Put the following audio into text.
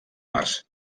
març